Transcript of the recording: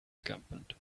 encampment